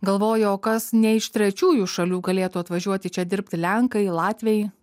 galvoju o kas ne iš trečiųjų šalių galėtų atvažiuoti čia dirbti lenkai latviai